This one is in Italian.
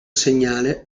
segnale